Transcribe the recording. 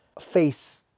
face